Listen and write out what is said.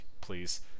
please